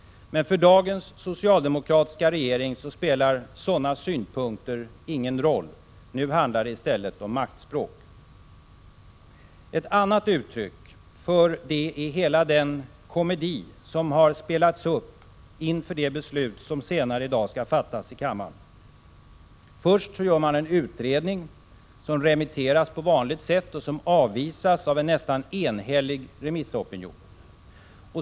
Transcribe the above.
Men för dagens socialdemokratiska regering spelar sådana synpunkter ingen roll. Nu handlar det i stället om maktspråk. Ett annat uttryck för det är hela den komedi som spelats upp inför det beslut som senare i dag skall fattas av kammaren. Först gör man en utredning, som remitteras på vanligt sätt och som avvisas av en nästan enhällig remissopinion.